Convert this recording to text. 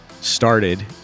started